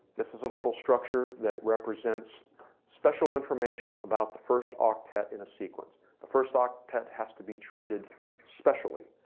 this is a little structure that represents special information about the first octet in a sequence. the first octet has to be treated specially.